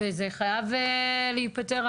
וזה חייב להיפתר.